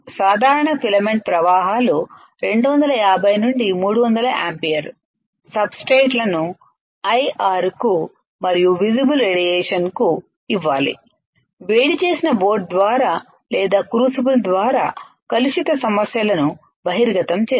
సాధారణ ఫిలమెంట్ ప్రవాహాలు 250 నుండి 300 యాంపియర్ సబ్ స్ట్రేట్ లను IR కు మరియు విసిబుల్ రేడియేషన్ కు ఇవ్వాలి వేడిచేసిన బోట్ ద్వారా లేదా క్రూసిబుల్ ద్వారా కలుషిత సమస్యలను బహిర్గతం చేస్తాయి